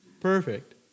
perfect